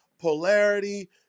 polarity